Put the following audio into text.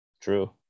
true